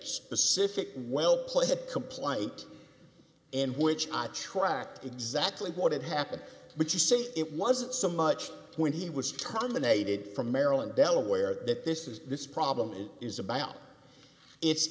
specific well placed a compliant in which i tracked exactly what had happened but you say it wasn't so much when he was tom unaided from maryland delaware that this is this problem is about it's